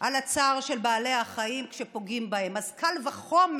על הצער של בעלי החיים כשפוגעים בהם, אז קל וחומר